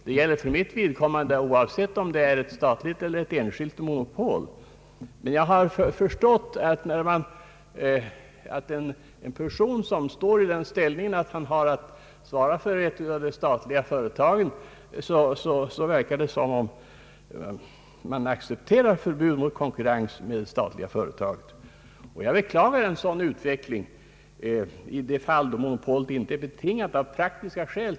Det förefaller dock ibland som om den som har att svara för ett av de statliga företagen kan acceptera förbud mot konkurrens med just det företaget. Jag beklagar en sådan utveckling i de fall då monopolet inte är betingat av praktiska skäl.